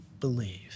believe